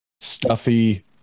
stuffy